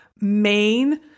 main